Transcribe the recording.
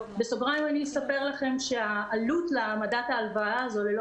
בסוגריים אספר לכם שהעלות להעמדת ההלוואה הזו ללא